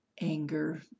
anger